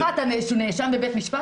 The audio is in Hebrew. סליחה, אתה נאשם בבית משפט?